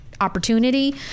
Opportunity